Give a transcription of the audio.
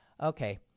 Okay